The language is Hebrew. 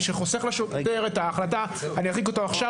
הוא חוסך לשוטר את ההחלטה האם להרחיק אותו עכשיו